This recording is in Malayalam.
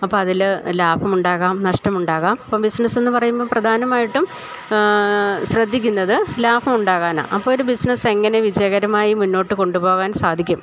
അപ്പം അതിൽ ലാഭമുണ്ടാകാം നഷ്ടമുണ്ടാകാം അപ്പം ബിസിനസ് എന്ന് പറയുമ്പോൾ പ്രധാനമായിട്ടും ശ്രദ്ധിക്കുന്നത് ലാഭം ഉണ്ടാക്കാനാണ് അപ്പം ഒരു ബിസിനസ് എങ്ങനെ വിജയകരമായി മുന്നോട്ട് കൊണ്ടുപോകാൻ സാധിക്കും